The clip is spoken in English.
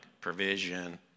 provision